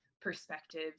perspective